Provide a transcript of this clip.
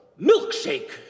milkshake